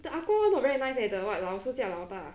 the ah gua [one] not very nice eh the what 老师叫老大 ah